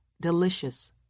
delicious